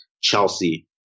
Chelsea